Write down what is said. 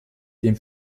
dem